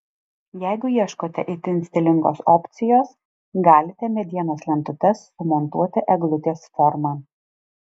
jeigu ieškote itin stilingos opcijos galite medienos lentutes sumontuoti eglutės forma